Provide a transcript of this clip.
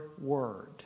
word